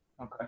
Okay